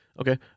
Okay